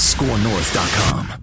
ScoreNorth.com